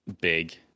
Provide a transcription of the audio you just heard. big